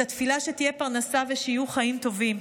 את התפילה שתהיה פרנסה ושיהיו חיים טובים".